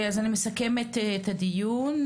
אז אני מסכמת את הדיון.